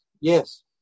Yes